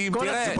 תראה,